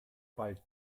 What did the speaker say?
bald